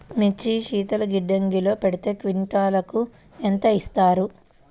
మిర్చి శీతల గిడ్డంగిలో పెడితే క్వింటాలుకు ఎంత ఇస్తారు?